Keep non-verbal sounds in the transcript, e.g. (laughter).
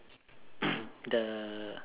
(coughs) the